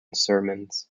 sermons